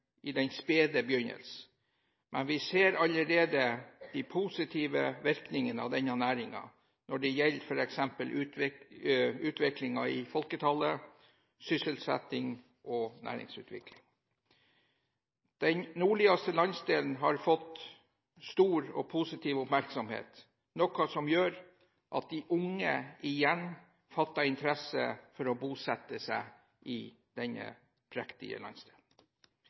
den spede begynnelse, men vi ser allerede de positive virkningene av denne næringen når det gjelder f.eks. utviklingen i folketall, sysselsetting og næringsutvikling. Den nordligste landsdelen har fått stor og positiv oppmerksomhet, noe som gjør at de unge igjen fatter interesse for å bosette seg i denne prektige landsdelen.